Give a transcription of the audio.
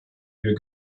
wir